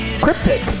cryptic